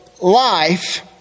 life